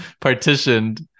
partitioned